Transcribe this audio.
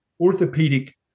orthopedic